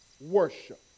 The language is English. worship